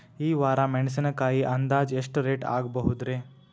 ಈ ವಾರ ಮೆಣಸಿನಕಾಯಿ ಅಂದಾಜ್ ಎಷ್ಟ ರೇಟ್ ಆಗಬಹುದ್ರೇ?